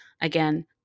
again